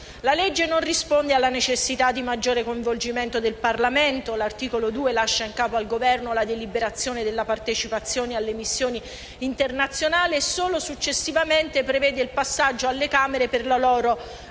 di legge non risponde alla necessità di maggiore coinvolgimento del Parlamento: l'articolo 2 lascia in capo al Governo la deliberazione della partecipazione alle missioni internazionali e solo successivamente prevede il passaggio alle Camere per la loro